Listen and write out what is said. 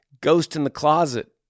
ghost-in-the-closet